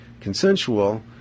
consensual